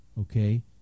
okay